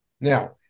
Now